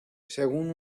según